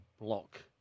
block